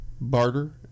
barter